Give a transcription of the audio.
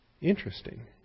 Interesting